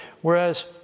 whereas